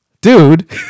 dude